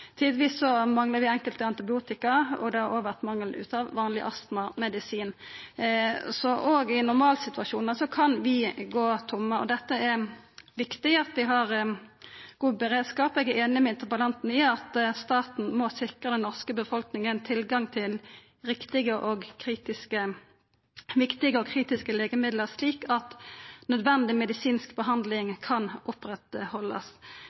manglar vi enkelte antibiotika, og det har òg vore mangel på vanleg astmamedisin. Så òg i ein normalsituasjon kan vi gå tomme. Det er viktig at vi har god beredskap. Eg er einig med interpellanten i at staten må sikra det norske folket tilgang til riktige og kritiske legemiddel, slik at nødvendig medisinsk behandling kan oppretthaldast.